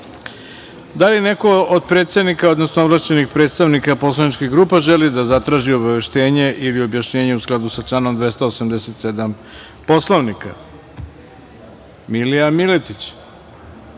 li neko od predsednika, odnosno ovlašćenih predstavnika poslaničkih grupa želi da zatraži obaveštenje ili objašnjenje u skladu sa članom 287. Poslovnika? Reč ima narodni